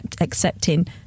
accepting